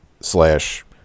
slash